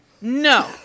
No